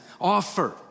Offer